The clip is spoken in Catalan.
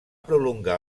prolongar